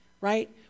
right